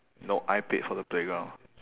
no I paid for the playground